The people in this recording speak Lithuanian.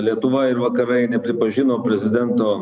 lietuva ir vakarai nepripažino prezidento